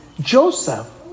Joseph